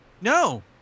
No